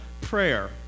prayer